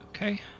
Okay